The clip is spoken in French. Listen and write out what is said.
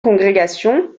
congrégations